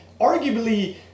arguably